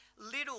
little